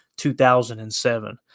2007